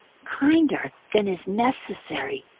kinder than is necessary,